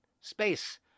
space